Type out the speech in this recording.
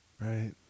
Right